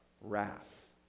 wrath